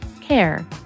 care